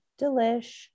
Delish